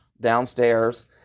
downstairs